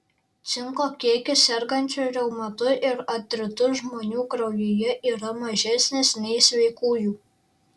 cinko kiekis sergančių reumatu ir artritu žmonių kraujyje yra mažesnis nei sveikųjų